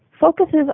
focuses